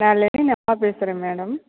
நான் லெலின் அம்மா பேசுகிறேன் மேடம்